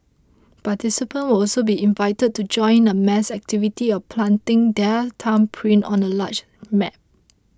participants will also be invited to join in a mass activity of planting their thumbprint on a large map